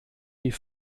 die